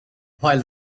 while